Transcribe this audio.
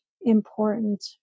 important